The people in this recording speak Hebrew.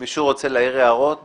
מישהו רוצה להעיר הערות בעניין?